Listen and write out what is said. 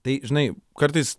tai žinai kartais